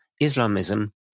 Islamism